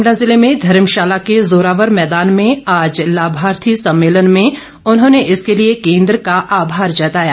कांगड़ा जिले में धर्मशाला के ज़ोरावर मैदान में आज लाभार्थी सम्मेलन में उन्होंने इसके लिए केंद्र का आभार जताया